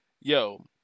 yo